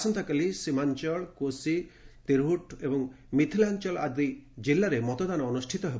ଆସନ୍ତାକାଲି ସୀମାଞ୍ଚଳ କୋଶି ତିର୍ହ୍ଟ୍ ଏବଂ ମିଥିଳାଞ୍ଚଳ ଆଦି ଜିଲ୍ଲାରେ ମତଦାନ ଅନୁଷ୍ଠିତ ହେବ